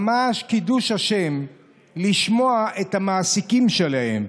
ממש קידוש השם לשמוע את המעסיקים שלהן,